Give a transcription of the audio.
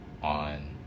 on